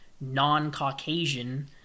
non-Caucasian